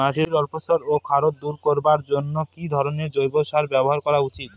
মাটির অম্লত্ব ও খারত্ব দূর করবার জন্য কি ধরণের জৈব সার ব্যাবহার করা উচিৎ?